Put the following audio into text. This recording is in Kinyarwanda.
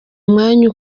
umwanya